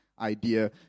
idea